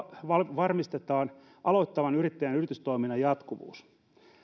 varmistetaan aloittavan yrittäjän yritystoiminnan jatkuvuus